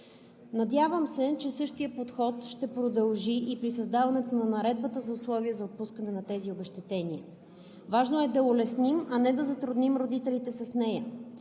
Надявам се, че същият подход ще продължи и при създаването на Наредбата за условия за отпускане на тези обезщетения. Важно е да улесним, а не да затрудним родителите с нея,